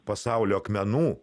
pasaulio akmenų